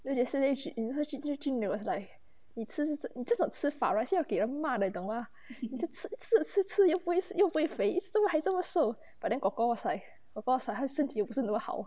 then yesterday jin he jin he jin they was like 你吃吃你这种吃法 right 是要给人骂的你懂吗你吃吃吃吃也不会又不会肥这么还这么廋 but then kor kor was like of course lah 他身体又不是那么好